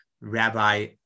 Rabbi